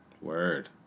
Word